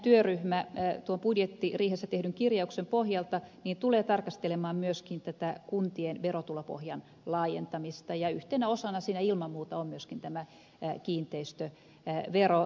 hetemäen työryhmä tuon budjettiriihessä tehdyn kirjauksen pohjalta tulee tarkastelemaan myöskin kuntien verotulopohjan laajentamista ja yhtenä osana siinä ilman muuta on myöskin tämä kiinteistövero